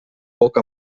boca